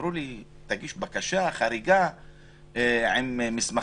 אמרו לי: תגיש בקשה חריגה עם מסמכים.